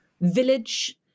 village